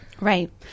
Right